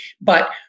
but-